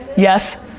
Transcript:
Yes